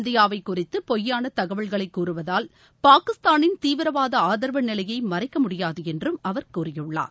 இந்தியாவை குறித்து பொய்யான தகவல்களை கூறுவதால் பாகிஸ்தானின் தீவிரவாத ஆதரவு நிலையை மறைக்க முடியாது என்றும் அவர் கூறியுள்ளார்